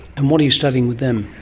and what are you studying with them?